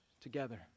together